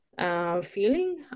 Feeling